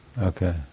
okay